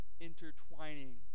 intertwining